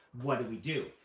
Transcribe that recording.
what do we do?